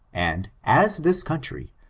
and, as this country,